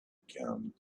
again